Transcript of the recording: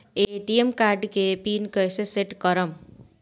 ATM card के pin कैसे set करम?